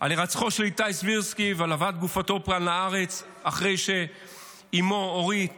על הירצחו של איתי סבירסקי ועל הבאת גופתו כאן לארץ אחרי שאימו אורית